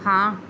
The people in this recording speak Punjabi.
ਹਾਂ